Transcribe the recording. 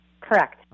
Correct